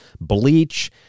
bleach